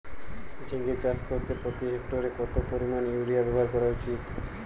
ঝিঙে চাষ করতে প্রতি হেক্টরে কত পরিমান ইউরিয়া ব্যবহার করা উচিৎ?